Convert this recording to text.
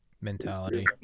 mentality